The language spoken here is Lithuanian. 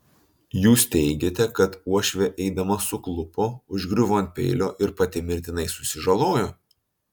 jūs teigiate kad uošvė eidama suklupo užgriuvo ant peilio ir pati mirtinai susižalojo